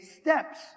steps